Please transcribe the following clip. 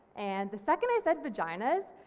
and the second i said vaginas.